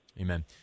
Amen